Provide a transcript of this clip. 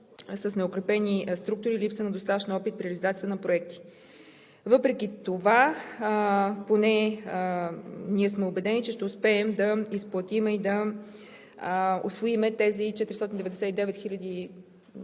с неукрепени структури и липса на достатъчно опит при реализацията на проекти. Въпреки това, поне ние сме убедени, че ще успеем да изплатим и да усвоим тези 499